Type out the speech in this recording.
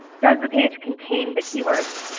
does the page contain the keywords?